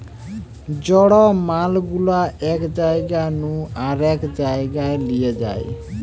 জড় মাল গুলা এক জায়গা নু আরেক জায়গায় লিয়ে যায়